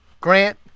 Grant